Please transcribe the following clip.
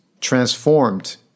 transformed